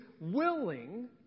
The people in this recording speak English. willing